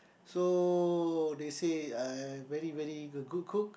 so they say I very very a good cook